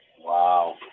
Wow